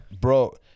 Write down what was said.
bro